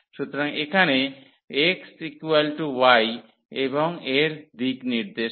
সুতরাং এখানে x y এবং এর দিকনির্দেশে